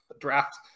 draft